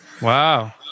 Wow